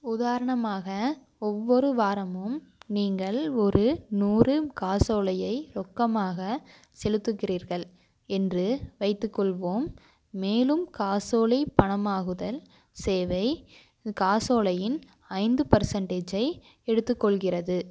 உதாரணமாக ஒவ்வொரு வாரமும் நீங்கள் ஒரு நூறு காசோலையை ரொக்கமாக செலுத்துகிறீர்கள் என்று வைத்துக்கொள்வோம் மேலும் காசோலை பணமாக்குதல் சேவை காசோலையின் ஐந்து பெர்சண்டேஜ்யை எடுத்துக்கொள்கிறது